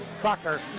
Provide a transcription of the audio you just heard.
Crocker